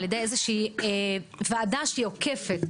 על ידי איזושהי וועדה שעוקפת,